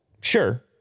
Sure